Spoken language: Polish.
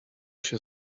się